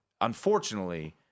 unfortunately